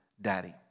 daddy